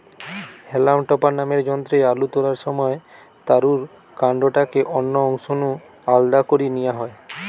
হেলাম টপার নামের যন্ত্রে আলু তোলার সময় তারুর কান্ডটাকে অন্য অংশ নু আলদা করি নিয়া হয়